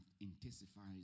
intensifies